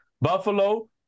Buffalo